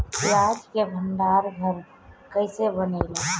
प्याज के भंडार घर कईसे बनेला?